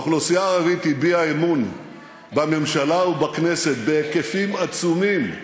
האוכלוסייה הערבית הביעה אמון בממשלה ובכנסת בהיקפים עצומים.